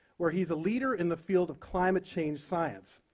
where he's a leader in the field of climate change science.